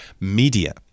media